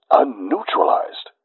unneutralized